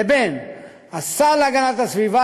לבין השר להגנת הסביבה,